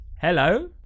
Hello